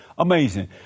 Amazing